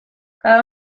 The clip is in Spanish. cada